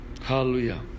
Hallelujah